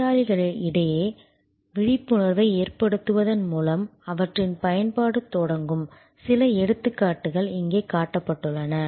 நோயாளிகளிடையே விழிப்புணர்வை ஏற்படுத்துவதன் மூலம் அவற்றின் பயன்பாடு தொடங்கும் சில எடுத்துக்காட்டுகள் இங்கே காட்டப்பட்டுள்ளன